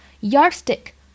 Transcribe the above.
Yardstick